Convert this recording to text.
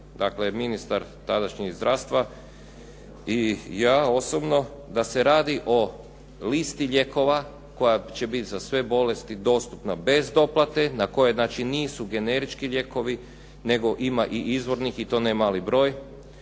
dakle ministar tadašnji zdravstva i ja osobno da se radi o listi lijekova koja će biti za sve bolesti dostupna bez doplate na koje znači nisu generički lijekovi nego ima i izvornih i to ne mali broj